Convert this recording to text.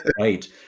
Right